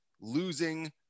losing